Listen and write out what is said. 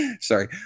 Sorry